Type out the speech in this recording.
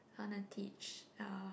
I wanna teach um